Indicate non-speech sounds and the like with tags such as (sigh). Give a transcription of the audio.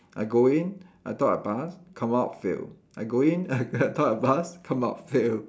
I go in I thought I pass come out fail I go in (laughs) I thought I pass come out fail